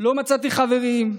לא מצאתי חברים.